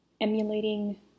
emulating